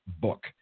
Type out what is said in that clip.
book